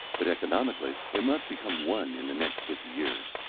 but economically it must become one in the next fifty years.